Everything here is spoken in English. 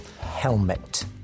Helmet